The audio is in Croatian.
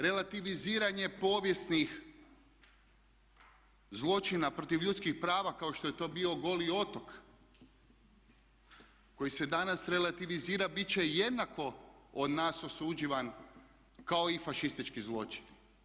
Relativiziranje povijesnih zločina protiv ljudskih prava kao što je to bio goli otok koji se danas relativizira bit će jednako od nas osuđivan kao i fašistički zločini.